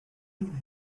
and